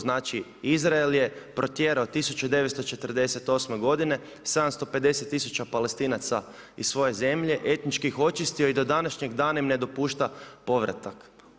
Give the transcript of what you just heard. Znači, Izrael je protjerao 1948.g. 750000 Palestinaca iz svoje zemlje, etički ih očistio i do današnjeg dana im ne dopušta povratak.